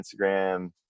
Instagram